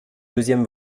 deuxième